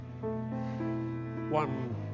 One